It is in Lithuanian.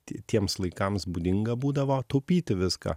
tie tiems laikams būdinga būdavo taupyti viską